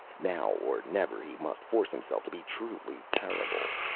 now or never he must force himself to be truly terrible.